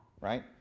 right